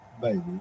Baby